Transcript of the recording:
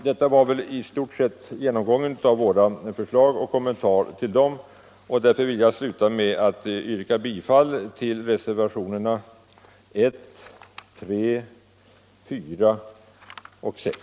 Det här var i stort sett en genomgång av våra förslag och en kommentar till dem, och därför vill jag sluta med att yrka bifall till reservationerna 1, 3, 4 och 6.